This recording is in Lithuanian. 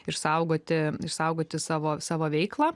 išsaugoti išsaugoti savo savo veiklą